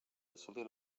assolir